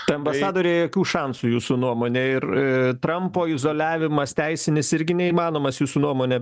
tai ambasadorei jokių šansų jūsų nuomone ir i trampo izoliavimas teisinis irgi neįmanomas jūsų nuomone